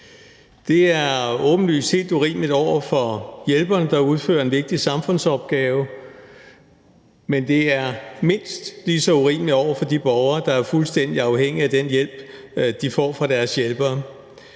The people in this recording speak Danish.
Det er åbenlyst helt urimeligt over for hjælperne, der udfører en vigtig samfundsopgave, men det er mindst lige så urimeligt over for de borgere, der er fuldstændig afhængige af den hjælp, de får fra deres hjælpere.